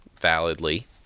validly